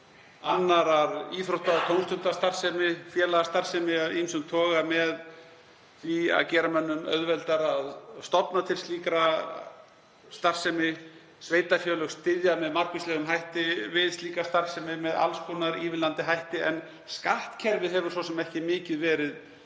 annarrar íþrótta- og tómstundastarfsemi, félagastarfsemi af ýmsum toga, með því að gera mönnum auðveldara að stofna til slíkrar starfsemi. Sveitarfélög styðja með margvíslegum hætti við slíka starfsemi með alls konar ívilnandi hætti en skattkerfið hefur svo sem ekki mikið verið